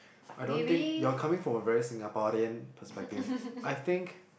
I don't think you are coming from a very Singaporean perspective I think